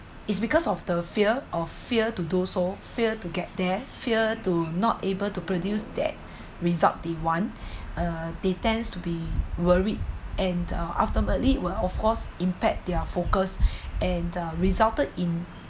it's because of the fear of fear to do so fear to get there fear to not able to produce that result they want uh they tends to be worried and uh ultimately will of course impact their focus and uh resulted in